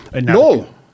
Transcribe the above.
No